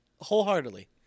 wholeheartedly